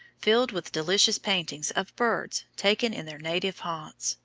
filled with delicious paintings of birds taken in their native haunts.